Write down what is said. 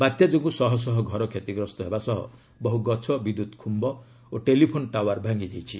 ବାତ୍ୟାଯୋଗୁଁ ଶହ ଶହ ଘର କ୍ଷତିଗ୍ରହସ୍ତ ହେବା ସହ ବହୁ ଗଛ ବିଦ୍ୟୁତ୍ ଖୁମ୍ଧ ଓ ଟେଲିଫୋନ୍ ଟାୱାର୍ ଭାଙ୍ଗିଯାଇଛି